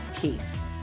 Peace